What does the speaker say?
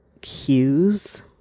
cues